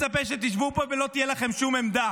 אף אחד במדינת ישראל לא מצפה שתשבו פה ולא תהיה לכם שום עמדה.